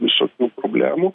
visokių problemų